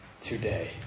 today